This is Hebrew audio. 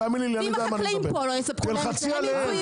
אם החקלאים לא יספקו להם את זה הם ייפנו